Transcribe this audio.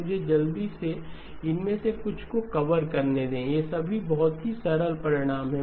मुझे जल्दी से इनमें से कुछ को कवर करने दें ये सभी बहुत ही सरल परिणाम हैं